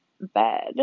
bed